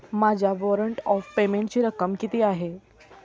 माझ्या warrant of पेमेंटची रक्कम किती आहे?